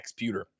Xputer